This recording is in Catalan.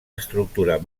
estructura